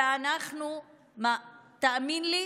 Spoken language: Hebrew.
ואנחנו, תאמין לי,